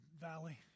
valley